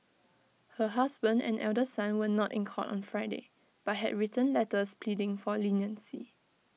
her husband and elder son were not in court on Friday but had written letters pleading for leniency